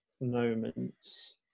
moments